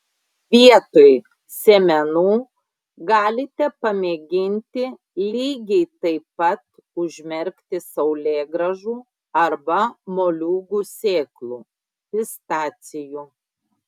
vietoj sėmenų galite pamėginti lygiai taip pat užmerkti saulėgrąžų arba moliūgų sėklų pistacijų